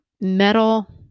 metal